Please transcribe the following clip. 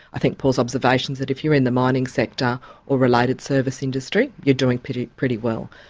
i think paul's observations that if you're in the mining sector or related service industry you're doing pretty pretty well,